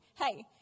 Hey